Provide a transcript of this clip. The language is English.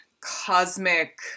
cosmic